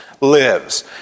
lives